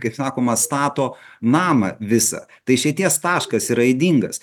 kaip sakoma stato namą visą tai išeities taškas yra ydingas